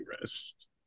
rest